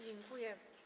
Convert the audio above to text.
Dziękuję.